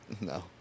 No